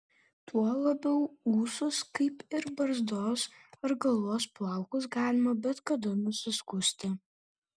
tuo labiau ūsus kaip ir barzdos ar galvos plaukus galima bet kada nusiskusti